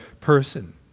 person